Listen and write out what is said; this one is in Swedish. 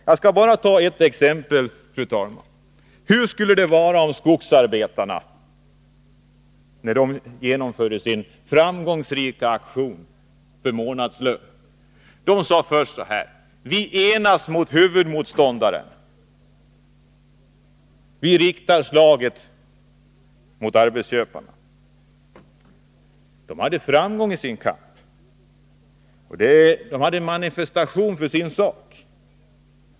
Jag skall bara, fru talman, ta ett exempel, nämligen skogsarbetarnas framgångsrika aktion för månadslön. När de gjorde den aktionen sade de: Vi enas mot huvudmotståndaren. Vi riktar slaget mot arbetsköparna. — Och de hade framgång i sin kamp.